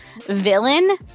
villain